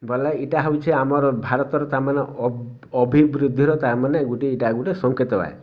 ବୋଲେ ଇଟା ହେଉଛି ଆମର ଭାରତର ତା'ମାନେ ଅଭିବୃଦ୍ଧିର ତା'ମାନେ ଗୋଟିଏ ଏଇଟା ଗୋଟେ ସଂକେତ